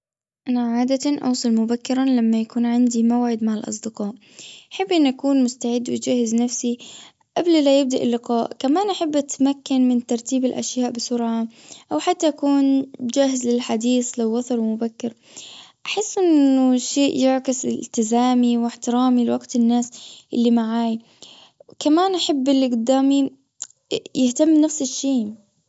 أنا عادة أوصل مبكرا لما يكون عندي موعد مع الأصدقاء. أحب أن أكون مستعد وأجهز نفسي قبل لا يبدأ اللقاء. كمان أحب أتمكن من ترتيب الأشياء بسرعة أو حتى أكون جاهز للحديث لو وصل مبكر. بحس أنه شيء يعكس ألتزامي وأحترامي لوقت الناس اللي معاي. كمان أحب اللي قدامي يهتم بنفس الشيء.